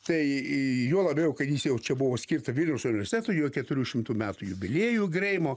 tai juo labiau kad jis jau čia buvo skirta vilniaus universitetui jo keturių šimtų metų jubiliejų greimo